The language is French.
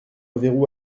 verrou